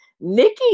Nikki